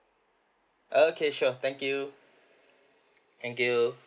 okay sure thank you thank you